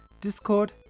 Discord